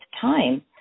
time